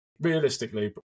realistically